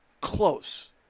close